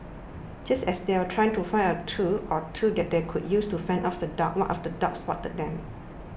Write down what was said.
just as they were trying to find a tool or two that they could use to fend off the dogs one of the dogs spotted them